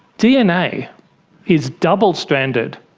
dna is double-stranded,